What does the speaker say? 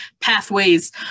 pathways